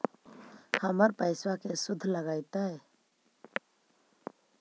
हमर पैसाबा के शुद्ध लगतै?